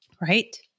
right